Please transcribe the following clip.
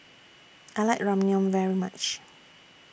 I like Ramyeon very much